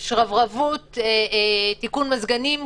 שרברבות, תיקון מזגנים.